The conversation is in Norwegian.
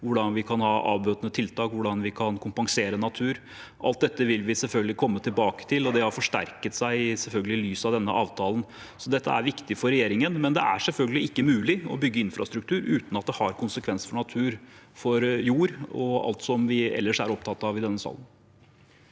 hvordan vi kan ha avbøtende tiltak, og hvordan vi kan kompensere natur. Alt dette vil vi selvfølgelig komme tilbake til, og det har forsterket seg i lys av denne avtalen. Dette er viktig for regjeringen, men det er selvfølgelig ikke mulig å bygge infrastruktur uten at det har konsekvenser for natur, for jord og for alt som vi ellers er opptatt av i denne salen.